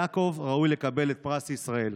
יעקב ראוי לקבל את פרס ישראל.